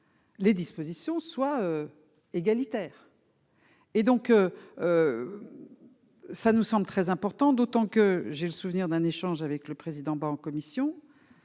les dispositions soient égalitaires. Et donc ça, nous sommes très important, d'autant que j'ai le souvenir d'un échange avec le président en commission.